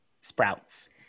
Sprouts